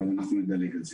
אבל אנחנו נדלג על זה.